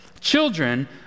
Children